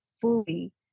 fully